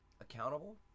accountable